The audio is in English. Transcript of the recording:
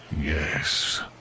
Yes